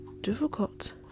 difficult